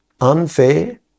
unfair